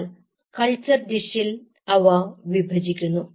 എന്നാൽ കൾച്ചർ ഡിഷിൽ അവ വിഭജിക്കുന്നു